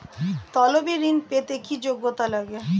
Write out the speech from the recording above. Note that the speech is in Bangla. তলবি ঋন পেতে কি যোগ্যতা লাগে?